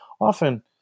often